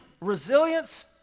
resilience